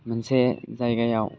मोनसे जायगायाव